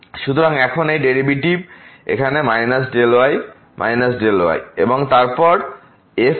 সুতরাং এখন এই ডেরিভেটিভ এখানে Δy Δy এবং তারপর fx00